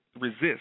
resist